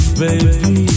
baby